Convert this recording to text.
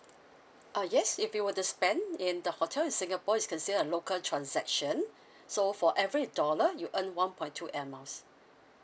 uh yes if you were to spend in the hotel in singapore is considered a local transaction so for every dollar you earn one point two airmiles